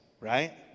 Right